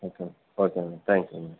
okay okay madam thank you madam